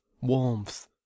warmth